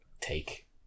take